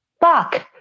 fuck